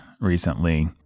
recently